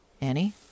Annie